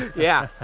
yeah,